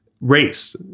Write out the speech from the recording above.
race